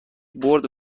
برد